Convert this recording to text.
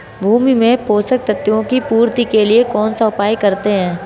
भूमि में पोषक तत्वों की पूर्ति के लिए कौनसा उपाय करते हैं?